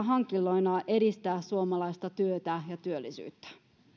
hankinnoillaan edistää suomalaista työtä ja työllisyyttä